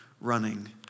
running